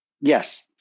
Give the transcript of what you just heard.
Yes